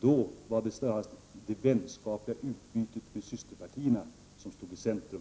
Då var det snarast det vänskapliga utbytet med systerpartierna som stod i centrum.